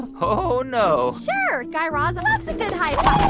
oh, no sure. guy raz loves a good high-five